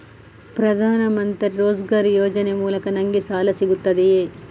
ಪ್ರದಾನ್ ಮಂತ್ರಿ ರೋಜ್ಗರ್ ಯೋಜನೆ ಮೂಲಕ ನನ್ಗೆ ಸಾಲ ಸಿಗುತ್ತದೆಯೇ?